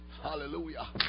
hallelujah